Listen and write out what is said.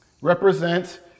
represent